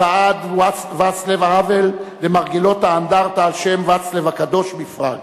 צעד ואצלב האוול למרגלות האנדרטה על-שם ואצלב הקדוש בפראג